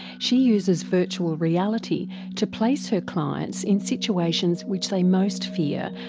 she uses virtual reality to place her clients in situations which they most fear,